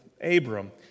Abram